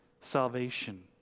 salvation